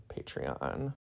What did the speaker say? Patreon